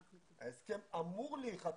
ההסכם אמור להיחתם,